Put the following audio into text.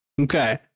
okay